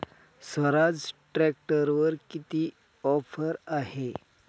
स्वराज ट्रॅक्टरवर किती ऑफर आहे?